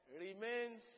remains